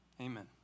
Amen